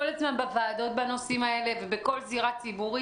הזמן בוועדות בנושאים האלה ובכל זירה ציבורית.